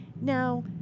Now